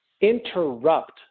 interrupt